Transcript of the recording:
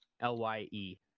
L-Y-E